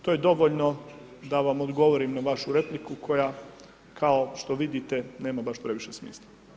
To je dovoljno da vam odgovorim na vašu repliku koja kao što vidite nema baš previše smisla.